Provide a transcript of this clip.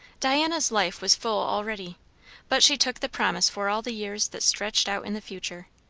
diana's life was full already but she took the promise for all the years that stretched out in the future.